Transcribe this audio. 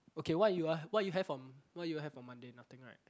okay what you are what you have on what you have on monday nothing right